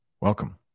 Welcome